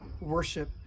worship